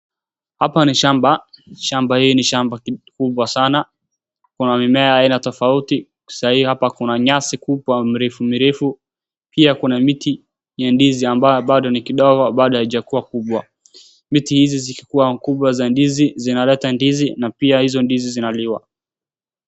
Hapa ni shamba. Shamba hii ni shamba ki, kubwa sana. Kuna mimea aina tofauti, saa hii hapa kuna nyasi kubwa, mrefu mrefu, pia kuna miti ya ndizi ambayo bado ni kidogo, bado haijakuwa kubwa. Miti hizi zikikuwa kubwa za ndizi zinaleta ndizi na pia hizo ndizi zinaliwa.